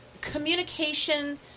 communication –